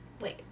wait